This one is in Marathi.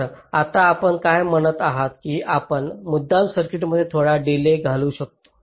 बरं आता आपण काय म्हणत आहात की आपण मुद्दाम सर्किटमध्ये थोडा डिलेज घालू शकतो